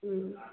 उँ